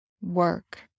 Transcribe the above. work